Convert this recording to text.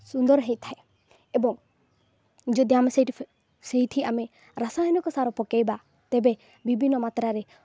ସୁନ୍ଦର ହୋଇଥାଏ ଏବଂ ଯଦି ଆମେ ସେଇଠି ସେଇଠି ଆମେ ରାସାୟନିକ ସାର ପକାଇବା ତେବେ ବିଭିନ୍ନ ମାତ୍ରାରେ